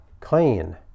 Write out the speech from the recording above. clean